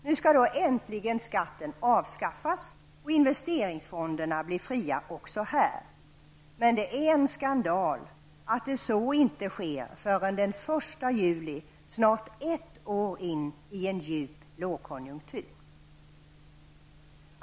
Nu skall äntligen skatten avskaffas och investeringsfonderna bli fria också här, men det är en skandal att så inte sker förrän den 1 juli, snart ett år in i en djup lågkonjunktur.